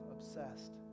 Obsessed